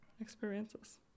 experiences